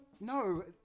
No